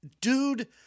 dude